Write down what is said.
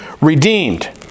redeemed